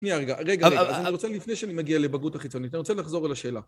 רגע, רגע, רגע, אז אני רוצה לפני שאני מגיע לבגרות החיצונית, אני רוצה לחזור אל השאלה.